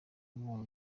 uwo